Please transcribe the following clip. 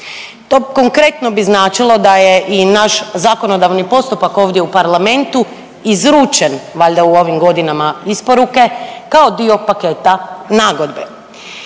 To konkretno bi značilo da je i naš zakonodavni postupak ovdje u parlamentu izručen valjda u ovim godinama isporuke kao dio paketa nagodbe.